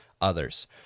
others